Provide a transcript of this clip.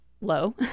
low